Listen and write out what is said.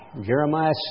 Jeremiah